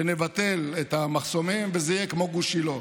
שנבטל את המחסומים וזה יהיה כמו גוש שילה,